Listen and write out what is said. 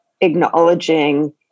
acknowledging